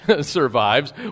survives